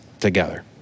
together